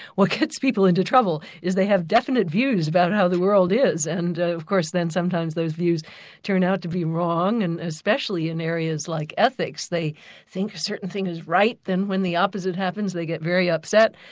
what gets people into trouble is they have definite views about how the world is, and of course then sometimes those views turn out to be wrong and especially in areas like ethics, they think a certain thing is right, then when the opposite happens, they get very upset.